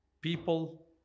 people